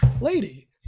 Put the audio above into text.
lady